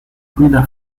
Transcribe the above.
guida